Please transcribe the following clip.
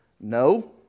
No